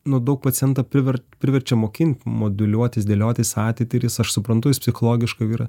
nu daug pacientą priver priverčia mokinti moduliuotis dėliotis ateitį ir jis aš suprantu jis psichologiškai yra